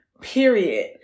period